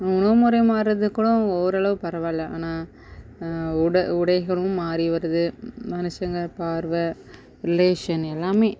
நம்ம உணவு முறை மாறுகிறது கூட ஓரளவு பரவாயில்ல ஆனால் உட உடைகளும் மாறி வருது மனுஷங்க பார்வை ரிலேஷன் எல்லாமே